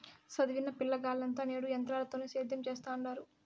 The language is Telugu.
సదివిన పిలగాల్లంతా నేడు ఎంత్రాలతోనే సేద్యం సెత్తండారు